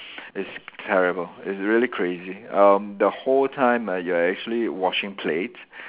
is terrible is really crazy um the whole time ah you are actually washing plates